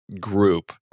group